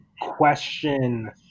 question